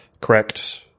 correct